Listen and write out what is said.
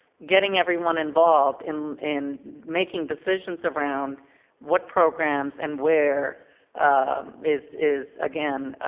getting everyone involved in in making decisions around what programs and where is is again.